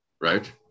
right